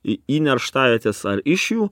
į į nerštavietes ar iš jų